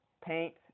Paint